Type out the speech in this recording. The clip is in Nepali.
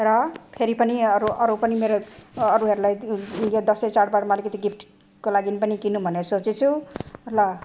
र फेरि पनि अरू अरू पनि मेरो अरूहरूलाई यो दसैँ चाँडबाँडमा अलिकति गिफ्टको लागि पनि किनौँ भनेर सोचेछु ल